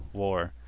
war,